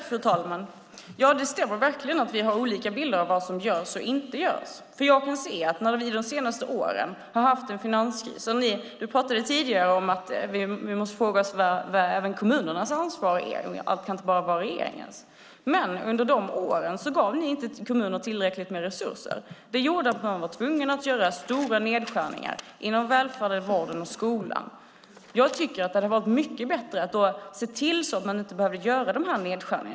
Fru talman! Det stämmer verkligen att vi har olika bilder av vad som görs och inte görs. Roger Haddad talade tidigare om att vi även måste fråga oss vad kommunernas ansvar är och att allt ansvar inte kan vara regeringens. Men under de senaste åren då vi har haft en finanskris gav ni inte kommunerna tillräckligt med resurser. Det gjorde att man var tvungen att göra stora nedskärningar inom välfärden, vården och skolan. Jag tycker att det hade varit mycket bättre att se till att man inte hade behövt göra dessa nedskärningar.